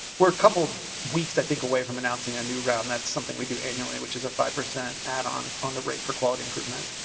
we're couple weeks. i think away announcing a new round that's something we do annually which is a five percent at on on the rate for quality improvement.